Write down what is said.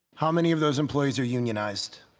how many of those employees are unionized?